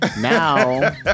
Now